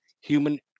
human